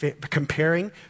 comparing